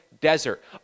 desert